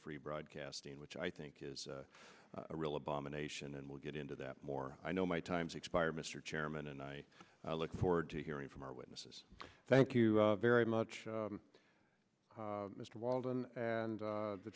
free broadcasting which i think is a real abomination and we'll get into that more i know my time's expired mr chairman and i look forward to hearing from our witnesses thank you very much mr walden and